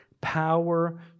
power